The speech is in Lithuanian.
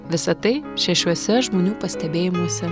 visa tai šešiuose žmonių pastebėjimuose